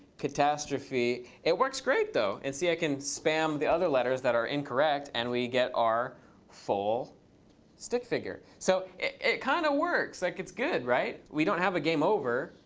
catastrophe. it works great, though. and see, i can spam the other letters that are incorrect, and we get our full stick figure. so it kind of works. like it's good, right? we don't have a game over,